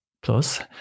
plus